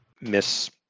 miss